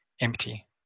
empty